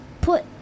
put